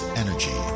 energy